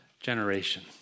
generation